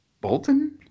Bolton